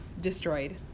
destroyed